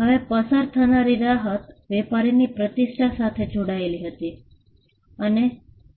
હવે પસાર થવાની રાહત વેપારીની પ્રતિષ્ઠા સાથે જોડાયેલી હતી અને